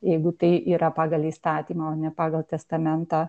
jeigu tai yra pagal įstatymą o ne pagal testamentą